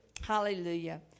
Hallelujah